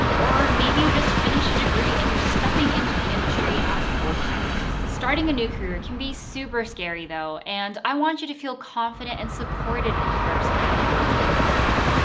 or maybe you just finished a degree and you're stepping into the industry as a full-timer. starting a new career can be super scary though and i want you to feel confident and supported in the first couple of months at your new job.